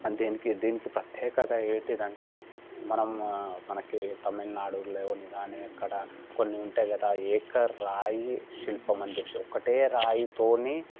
దీనికి దీనికి ప్రత్యేకత ఏంటంటే మనము మనకి తమిళనాడు లేవని కానీ అక్కడ కొన్ని ఉంటాయి కదా ఏకరాయి శిల్పమని చెప్పేసి ఒక్కటే రాయితోని